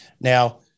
Now